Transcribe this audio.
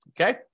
Okay